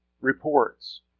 reports